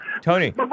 Tony